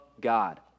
God